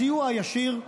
הסיוע הישיר,